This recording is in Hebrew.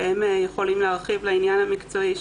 שהם יכולים להרחיב בעניין המקצועי,